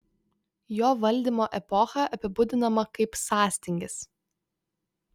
jo valdymo epocha apibūdinama kaip sąstingis